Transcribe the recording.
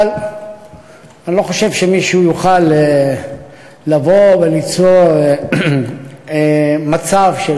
אבל אני לא חושב שמישהו יוכל לבוא וליצור מצב של